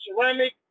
ceramic